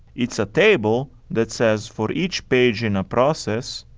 it's a table that says, for each page in a process,